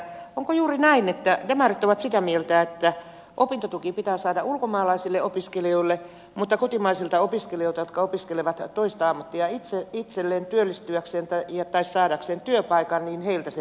onko juuri näin että demarit ovat sitä mieltä että opintotuki pitää saada ulkomaalaisille opiskelijoille mutta kotimaisilta opiskelijoilta jotka opiskelevat toista ammattia itselleen työllistyäkseen tai saadakseen työpaikan se pitää evätä